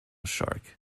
shark